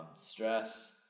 stress